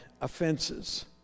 offenses